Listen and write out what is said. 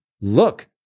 Look